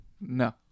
No